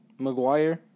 McGuire